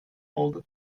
oldu